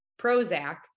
Prozac